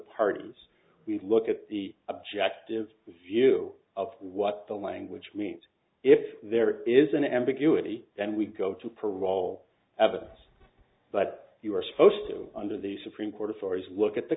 partners we look at the objective view of what the language means if there is an ambiguity then we go to parole evidence but you are supposed to under the supreme court for is look at the